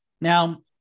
Now